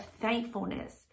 thankfulness